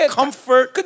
comfort